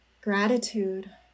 gratitude